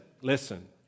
listen